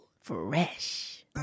Fresh